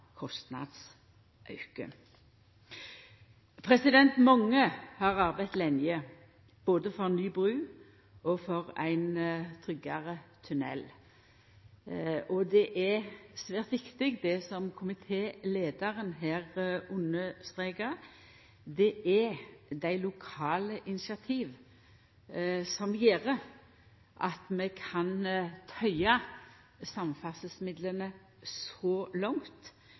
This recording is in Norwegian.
Mange har arbeidd lenge både for ei ny bru og for ein tryggare tunell. Det er svært viktig det som komitéleiaren her understreka: Det er dei lokale initiativa som gjer at vi kan tøya samferdselsmidlane så langt.